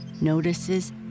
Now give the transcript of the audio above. notices